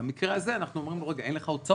במקרה הזה אנחנו אומרים לו: רגע, אין לך הוצאות.